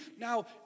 Now